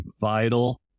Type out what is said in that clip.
vital